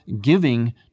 giving